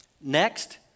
Next